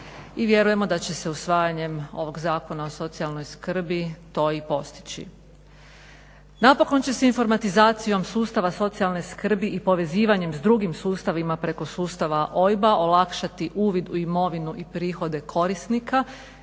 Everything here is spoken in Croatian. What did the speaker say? I vjerujemo da će se usvajanjem ovog Zakona o socijalnoj skrbi to i postići. Napokon će se informatizacijom sustava socijalne skrbi i povezivanjem s drugim sustavima preko sustava OIB-a olakšati uvid u imovinu i prihode korisnika